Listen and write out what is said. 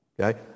Okay